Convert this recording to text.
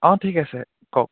অঁ ঠিক আছে কওক